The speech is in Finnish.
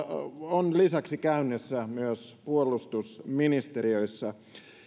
on lisäksi käynnissä myös puolustusministeriössä